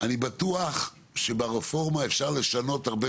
שאני בטוח שברפורמה אפשר לשנות הרבה